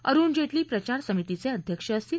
अरुण जेटली प्रचार समितीचे अध्यक्ष असतील